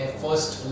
first